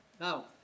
Now